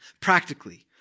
Practically